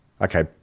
Okay